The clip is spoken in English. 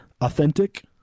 Authentic